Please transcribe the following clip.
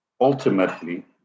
Ultimately